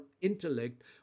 intellect